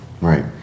Right